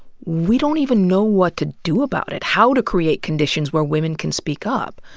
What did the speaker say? we don't even know what to do about it how to create conditions where women can speak up.